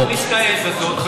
להכניס את העז הזאת,